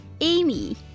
Amy